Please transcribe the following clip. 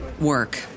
work